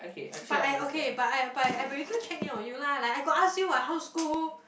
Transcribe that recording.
but I okay but I but I I also check in on you lah like I got ask you what how's school